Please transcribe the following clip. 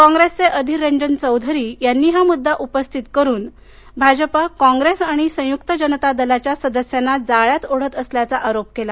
काँप्रेसचे अधिर रंजन चौधरी यांनी हा मुद्दा उपस्थित करुन भाजपा काँप्रेस आणि संयुक्त जनता दलाच्या सदस्यांना जाळ्यात ओढत असल्याचा आरोप केला